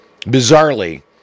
Bizarrely